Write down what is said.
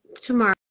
tomorrow